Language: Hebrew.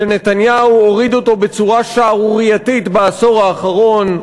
שנתניהו הוריד אותו בצורה שערורייתית בעשור האחרון,